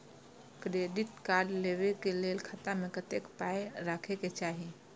Credit card लेबै के लेल खाता मे कतेक पाय राखै के चाही?